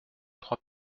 trois